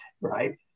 right